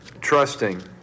trusting